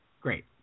Great